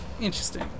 interesting